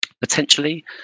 Potentially